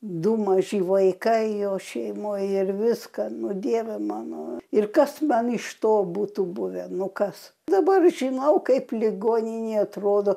du maži vaikai o šeimoj ir viską nuo dieve mano ir kas man iš to būtų buvę nu kas dabar žinau kaip ligoninėj atrodo